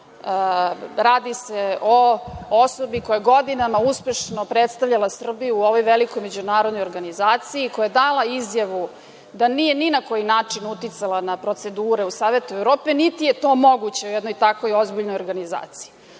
Radi se o osobi koja godinama uspešno predstavljala Srbiju u ovoj velikoj međunarodnoj organizaciji, koja je dala izjavu da nije ni na koji način uticala na procedure u Savetu Evrope, niti je to moguće u jednoj tako ozbiljnoj organizaciji. Ako